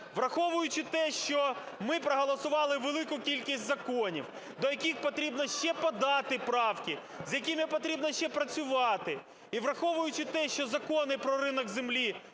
Враховуючи те, що ми проголосували велику кількість законів, до яких потрібно ще подати правки, з якими потрібно ще працювати. І враховуючи те, що в закони про ринок землі